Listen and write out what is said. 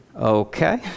okay